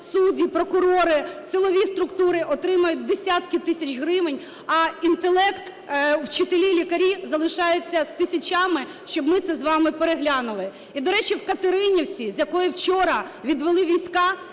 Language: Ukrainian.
судді, прокурори, силові структури отримують десятки тисяч гривень, а інтелект – вчителі, лікарі – залишаються з тисячами, щоб ми це з вами переглянули. І, до речі, в Катеринівці, з якої вчора відвели війська,